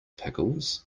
pickles